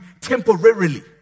temporarily